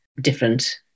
different